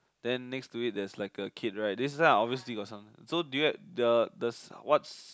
then next to it there is like a kid right that's why I always see got something so do you have the the what